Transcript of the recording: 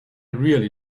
really